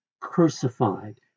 crucified